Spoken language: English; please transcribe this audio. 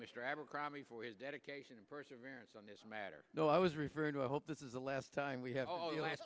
mr abercrombie for his dedication and perseverance on this matter no i was referring to i hope this is the last time we have your l